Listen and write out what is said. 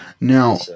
now